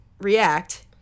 react